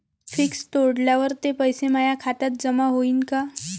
Fix तोडल्यावर ते पैसे माया खात्यात जमा होईनं का?